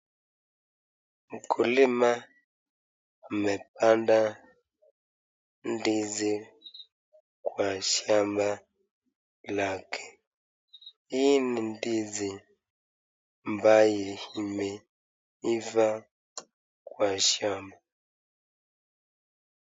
Mkulima amepanda ndizi kwa shamba lake. Hii ni ndizi ambaye imeiva kwa shamba.